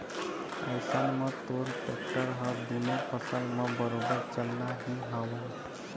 अइसन म तोर टेक्टर ह दुनों फसल म बरोबर चलना ही हवय